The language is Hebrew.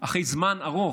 אחרי זמן ארוך,